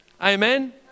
Amen